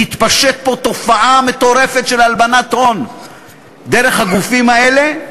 תתפשט פה תופעה מטורפת של הלבנת הון דרך הגופים האלה,